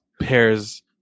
pairs